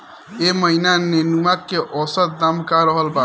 एह महीना नेनुआ के औसत दाम का रहल बा?